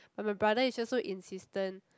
but my brother is just so insistent